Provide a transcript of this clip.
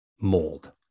mold